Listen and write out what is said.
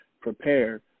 prepare